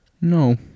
No